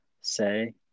say